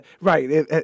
Right